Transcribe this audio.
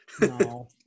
No